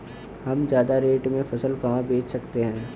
हम ज्यादा रेट में फसल कहाँ बेच सकते हैं?